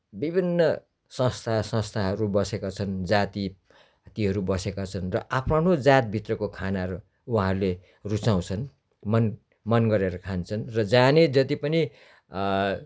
विभिन्न संस्था संस्थाहरू बसेका छन् जाति तीहरू बसेका छन् र आफ्नो आफ्नो जातभित्रको खानाहरू उहाँहरूले रुचाउँछन् मन मन गरेर खान्छन् र जानेजति पनि